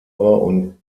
und